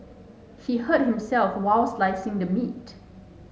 he hurt himself while slicing the meat